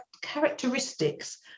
characteristics